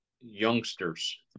youngsters